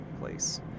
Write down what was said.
place